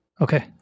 Okay